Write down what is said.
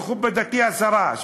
מכובדתי השרה,